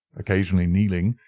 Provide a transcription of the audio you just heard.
occasionally kneeling,